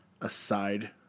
aside